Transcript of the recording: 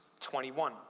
21